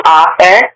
author